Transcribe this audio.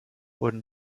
wurden